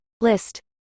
list